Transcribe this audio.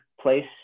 place